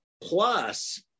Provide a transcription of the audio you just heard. plus